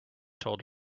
told